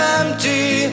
empty